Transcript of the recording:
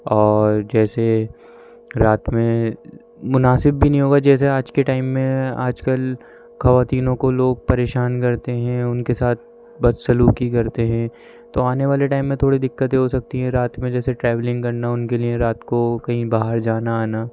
اور جیسے رات میں مناسب بھی نہیں ہوگا جیسے آج کے ٹائم میں آج کل خواتینوں کو لوگ پریشان کرتے ہیں ان کے ساتھ بد سلوکی کرتے ہیں تو آنے والے ٹائم میں تھوڑی دقتیں ہو سکتی ہیں رات میں جیسے ٹریولنگ کرنا ان کے لیے رات کو کہیں باہر جانا آنا